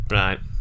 right